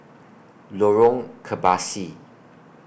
Lorong Kebasi